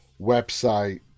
website